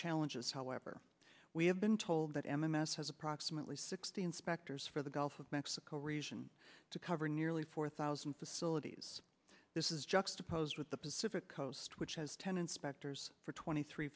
challenges however we have been told that m m s has approximately sixty inspectors for the gulf of mexico region to cover nearly four thousand facilities this is juxtaposed with the pacific coast which has ten inspectors for twenty three